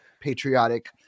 patriotic